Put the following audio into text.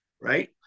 right